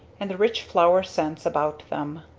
and the rich flower scents about them,